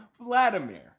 vladimir